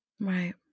Right